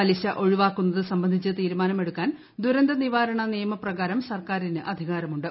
പലിശ ഒഴിവാക്കുന്നത് സംബന്ധിച്ച് തീരുമാനമെടുക്കാൻ ദുരന്തനിവാരണ നിയമപ്രകാരം സർക്കാരിന് അധികാരമുണ്ട്